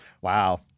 Wow